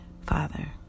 Father